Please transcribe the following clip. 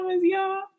y'all